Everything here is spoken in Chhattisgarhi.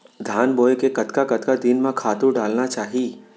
धान बोए के कतका कतका दिन म खातू डालना चाही?